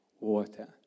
water